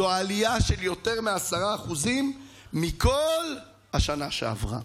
זו עלייה של יותר מ-10% מכל השנה שעברה.